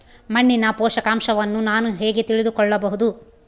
ಮಣ್ಣಿನ ಪೋಷಕಾಂಶವನ್ನು ನಾನು ಹೇಗೆ ತಿಳಿದುಕೊಳ್ಳಬಹುದು?